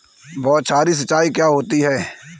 बौछारी सिंचाई क्या होती है?